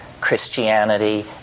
Christianity